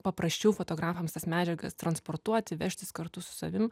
paprasčiau fotografams tas medžiagas transportuoti vežtis kartu su savim